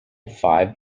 five